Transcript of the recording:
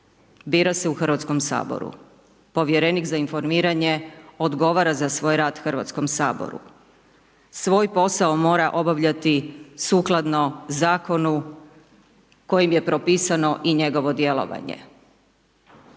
bira se u Hrvatskom saboru, Povjerenik za informiranje odgovara za svoj rad Hrvatskom saboru, svoj posao mora obavljati sukladno Zakonu kojim je propisano i njegovo djelovanje.